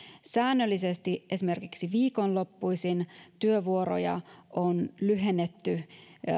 säännöllisesti esimerkiksi viikonloppuisin työvuoroja on lyhennetty